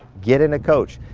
get in a coach.